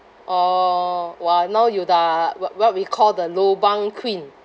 orh !wah! now you the what what we call the lobang queen